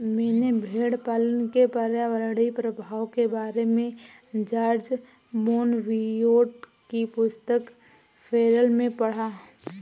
मैंने भेड़पालन के पर्यावरणीय प्रभाव के बारे में जॉर्ज मोनबियोट की पुस्तक फेरल में पढ़ा